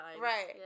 Right